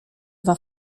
dwa